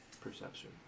Perception